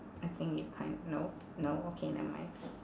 I think you can't nope no okay never mind